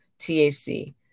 THC